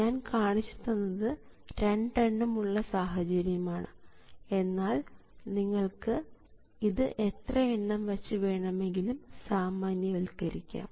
ഞാൻ കാണിച്ചു തന്നത് രണ്ടെണ്ണം ഉള്ള സാഹചര്യം ആണ് എന്നാൽ നിങ്ങൾക്ക് ഇത് എത്ര എണ്ണം വച്ച് വേണമെങ്കിലും സാമാന്യവൽക്കരിക്കാം